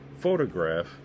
Photograph